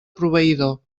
proveïdor